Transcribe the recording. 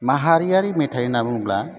माहारियारि मेथाइ होन्ना बुङोब्ला